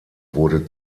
wurde